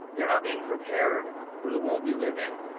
they're not being prepared for the world we live in.